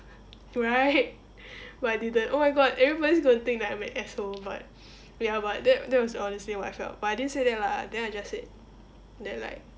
right but I didn't oh my god everybody's going to think that I'm an asshole but ya but that that was honestly what I felt but I didn't say that lah then I just said that like